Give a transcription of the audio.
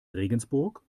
regensburg